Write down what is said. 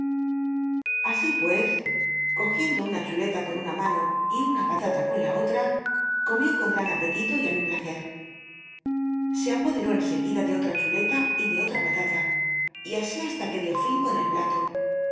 asi pues cogiendo una chuleta con una mano y una patata con la olla comió con gan apetito y á mi place se apoderó en seguida de olla chuleta y de olra palata y así hasla que dió fin con el plato